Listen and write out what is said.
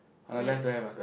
our left don't have ah